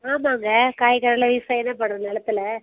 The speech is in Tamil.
ஆமாங்க காய்கறியெலாம் விவசாயம் தான் பண்ணுறோம் நிலத்துல